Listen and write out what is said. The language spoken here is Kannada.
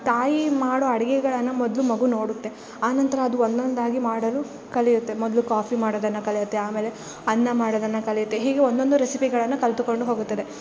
ತಾಯಿ ಮಾಡೋ ಅಡುಗೆಗಳನ್ನ ಮೊದಲು ಮಗು ನೋಡುತ್ತೆ ಆನಂತರ ಅದು ಒಂದೊಂದಾಗಿ ಮಾಡಲು ಕಲಿಯುತ್ತೆ ಮೊದಲು ಕಾಫಿ ಮಾಡೋದನ್ನು ಕಲಿಯುತ್ತೆ ಆಮೇಲೆ ಅನ್ನ ಮಾಡೋದನ್ನು ಕಲಿಯುತ್ತೆ ಹೀಗೆ ಒಂದೊಂದು ರೆಸಿಪಿಗಳನ್ನು ಕಲಿತುಕೊಂಡು ಹೋಗುತ್ತದೆ